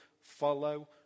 follow